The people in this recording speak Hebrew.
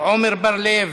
עמר בר-לב,